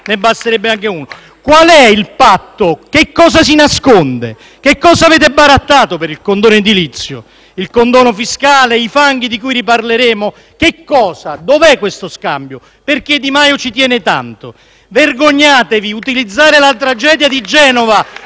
dal Gruppo PD). Qual è il patto? Che cosa si nasconde? Che cosa avete barattato per il condono edilizio? Il condono fiscale? I fanghi, di cui riparleremo? Che cosa? Dov’è questo scambio? Perché Di Maio ci tiene tanto? Vergognatevi: utilizzare la tragedia di Genova